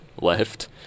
left